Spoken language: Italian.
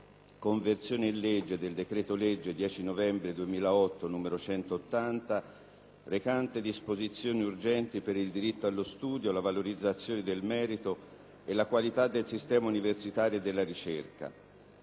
***Conversione in legge del decreto-legge 10 novembre 2008, n. 180, recante disposizioni urgenti per il diritto allo studio, la valorizzazione del merito e la qualità del sistema universitario e della ricerca***